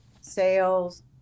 sales